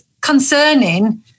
concerning